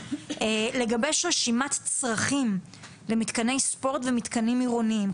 לגבש רשימת צרכים למתקני ספורט ומתקנים עירוניים,